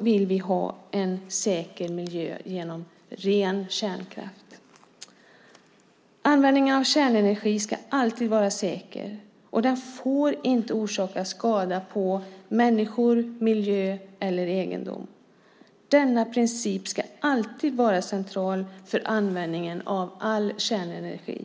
vill vi ha en säker miljö genom ren kärnkraft. Användningen av kärnenergi ska alltid vara säker, och den får inte orsaka skada på människor, miljö eller egendom. Denna princip ska alltid vara central för användningen av all kärnenergi.